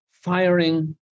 firing